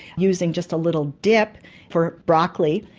using just a little dip for broccoli,